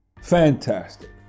Fantastic